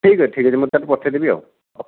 ଠିକ୍ ଅଛି ଠିକ୍ ଅଛି ମୁଁ ତା'ହେଲେ ପଠାଇଦେବି ଆଉ